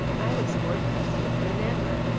i was more puzzled than ever.